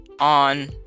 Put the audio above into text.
on